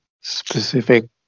Specific